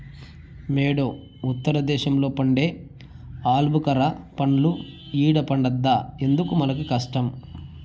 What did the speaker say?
యేడో ఉత్తర దేశంలో పండే ఆలుబుకారా పండ్లు ఈడ పండద్దా ఎందుకు మనకీ కష్టం